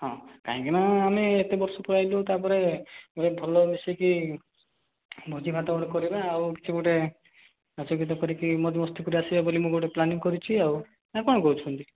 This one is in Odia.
ହଁ କାଇଁକିନା ଆମେ ଏତେ ବର୍ଷ ପରେ ଆସିଲୁ ତାପରେ ଗୋଟେ ଭଲ ମିଶିକି ଭୋଜିଭାତ ଗୋଟେ କରିବା ଆଉ କିଛି ଗୋଟେ ନାଚଗୀତ କରିକି ମଉଜ ମସ୍ତି କରିକି ଆସିବା ବୋଲି ମୁଁ ଗୋଟେ ପ୍ଲାନିଂ କରିଛି ଆଉ ନା କ'ଣ କହୁଛନ୍ତି